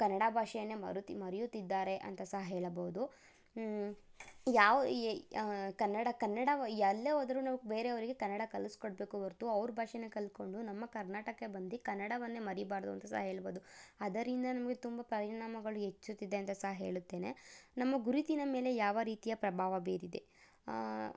ಕನ್ನಡ ಭಾಷೆಯನ್ನೇ ಮರುತಿ ಮರೆಯುತ್ತಿದ್ದಾರೆ ಅಂತ ಸಹ ಹೇಳಬಹುದು ಯಾವ ಎ ಕನ್ನಡ ಕನ್ನಡ ಎಲ್ಲೇ ಹೋದ್ರು ನಾವು ಬೇರೆಯವರಿಗೆ ಕನ್ನಡ ಕಲ್ಸ್ಕೊಡ್ಬೇಕು ಹೊರತು ಅವರ ಭಾಷೆನೆ ಕಲ್ಕೊಂಡು ನಮ್ಮ ಕರ್ನಾಟಕ ಬಂದು ಕನ್ನಡವನ್ನೇ ಮರಿಬಾರ್ದು ಅಂತ ಸಹ ಹೇಳ್ಬೋದು ಅದರಿಂದ ನಮಗೆ ತುಂಬ ಪರಿಣಾಮಗಳು ಹೆಚ್ಚುತ್ತಿದೆ ಅಂತ ಸಹ ಹೇಳುತ್ತೇನೆ ನಮ್ಮ ಗುರುತಿನ ಮೇಲೆ ಯಾವ ರೀತಿಯ ಪ್ರಭಾವ ಬೀರಿದೆ